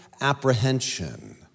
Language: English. apprehension